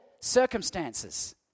circumstances